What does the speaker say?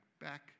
back